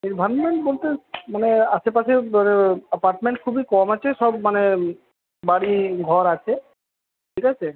environment বলতে মানে আশেপাশে এপার্টমেন্ট খুবই কম আছে সব মানে বাড়ি ঘর আছে ঠিক আছে